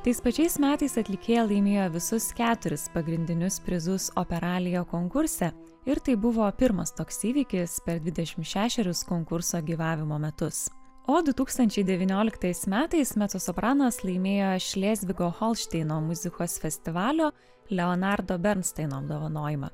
tais pačiais metais atlikėja laimėjo visus keturis pagrindinius prizus operalija konkurse ir tai buvo pirmas toks įvykis per dvidešim šešerius konkurso gyvavimo metus o du tūkstančiai devynioliktais metais mecosopranas laimėjo šlėzvigo holšteino muzikos festivalio leonardo bernstaino apdovanojimą